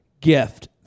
gift